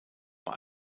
bei